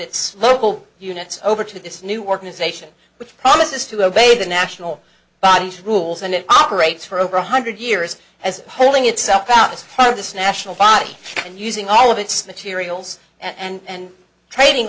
its local units over to this new organization which promises to obey the national bodies rules and it operates for over one hundred years as polling itself out of this national body and using all of its materials and training